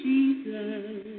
Jesus